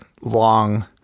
long